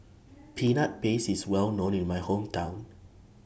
Peanut Paste IS Well known in My Hometown